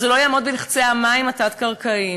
וזה לא יעמוד בלחצי המים התת-קרקעיים.